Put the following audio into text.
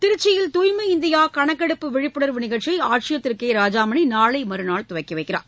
திருச்சியில் தூய்மை இந்தியா கணக்கெடுப்பு விழிப்புணர்வு நிகழ்ச்சியை ஆட்சியர் திரு கே ராஜாமணி நாளை மறுநாள் துவக்கிவைக்கிறார்